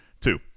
Two